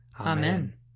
Amen